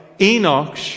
Enoch